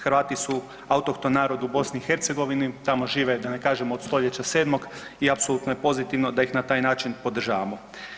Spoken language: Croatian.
Hrvati su autohton narod u BiH, tamo žive da ne kažem od stoljeća 7-mog i apsolutno je pozitivno da ih na taj način podržavamo.